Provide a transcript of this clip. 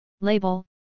Label